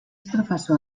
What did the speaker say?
professor